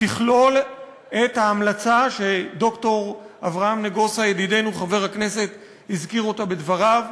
תכלול את ההמלצה שחבר הכנסת ד"ר אברהם נגוסה ידידנו הזכיר בדבריו,